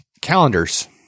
calendars